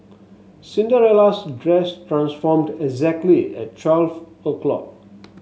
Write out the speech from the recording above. Cinderella's dress transformed exactly at twelve o' clock